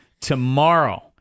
tomorrow